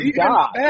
god